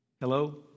Hello